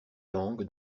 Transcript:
langue